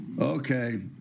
Okay